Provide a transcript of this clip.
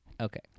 Okay